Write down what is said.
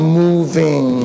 moving